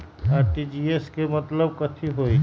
RTGS के मतलब कथी होइ?